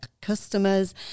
customers